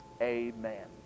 amen